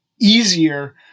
easier